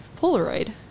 Polaroid